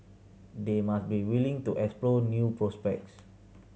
they must be willing to explore new prospects